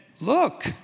look